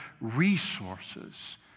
resources